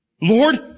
Lord